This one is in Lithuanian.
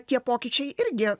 tie pokyčiai irgi